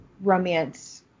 romance